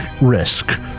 risk